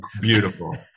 beautiful